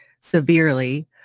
severely